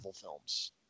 films